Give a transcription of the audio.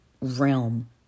realm